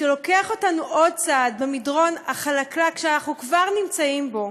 שלוקח אותנו עוד צעד במדרון החלקלק שאנחנו כבר נמצאים בו,